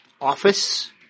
office